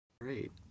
Great